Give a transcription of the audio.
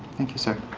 thank you, sir.